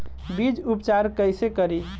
बीज उपचार कईसे करी?